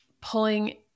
pulling